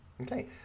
Okay